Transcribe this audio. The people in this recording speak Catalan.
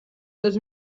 dos